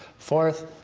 fourth,